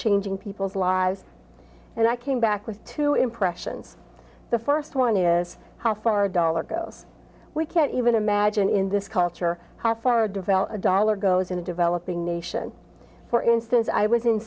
changing people's lives and i came back with two impressions the first one is how far a dollar goes we can't even imagine in this culture how far developed dollar goes into developing nation for instance i w